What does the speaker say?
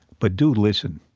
but do listen